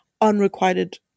unrequited